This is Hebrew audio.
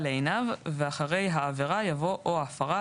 לעיניו" ואחרי "העבירה" יבוא "או ההפרה,